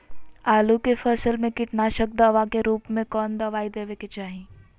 आलू के फसल में कीटनाशक दवा के रूप में कौन दवाई देवे के चाहि?